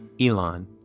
Elon